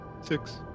Six